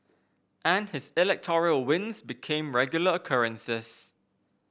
and his electoral wins became regular occurrences